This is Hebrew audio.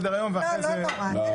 היום: